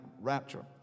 rapture